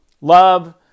love